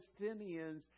Palestinians